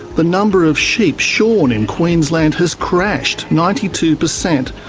the number of sheep shorn in queensland has crashed ninety two percent,